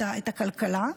את הכלכלה.